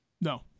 no